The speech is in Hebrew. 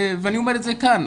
ואני אומר את זה כאן,